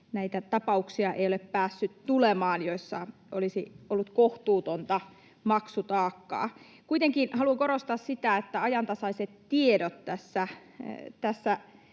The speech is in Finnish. näitä tapauksia ei ole päässyt tulemaan, joissa olisi ollut kohtuutonta maksutaakkaa. Kuitenkin haluan korostaa sitä, että ajantasaiset tiedot